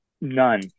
None